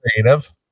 creative